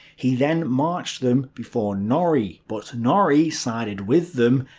he then marched them before norrie. but norrie sided with them,